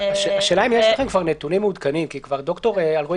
השאלה אם יש לכם כבר נתונים מעודכנים כי ד"ר אלרעי